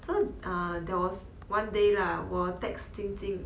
so uh there was one day lah 我 texting jing jing